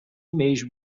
mesmo